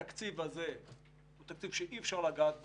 התקציב הזה הוא תקציב שאי-אפשר לגעת בו.